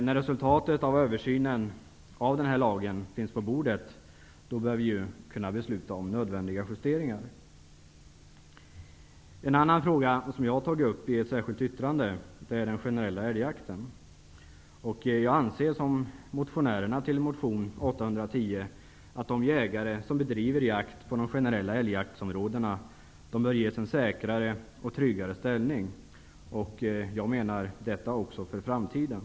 När resultatet av denna översyn av lagen finns på bordet, bör vi kunna besluta om nödvändiga justeringar. En annan fråga som jag har tagit upp i ett särskilt yttrande är den generella älgjakten. Jag anser, liksom motionärerna bakom motion Jo810, att de jägare som bedriver jakt på de generella älgjaktsområdena bör ges en säkrare och tryggare ställning, också i framtiden.